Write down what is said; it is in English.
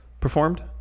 performed